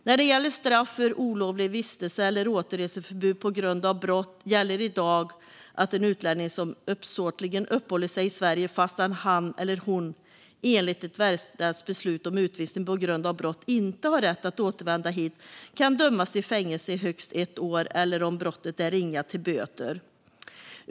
När det gäller straff för olovlig vistelse efter återreseförbud på grund av brott gäller i dag att en utlänning som uppsåtligen uppehåller sig i Sverige fast han eller hon enligt ett verkställt beslut om utvisning på grund av brott inte har rätt att återvända hit kan dömas till fängelse i högst ett år eller, om brottet är ringa, till böter.